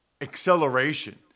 acceleration